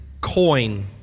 coin